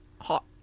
Hot